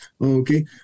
okay